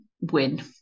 win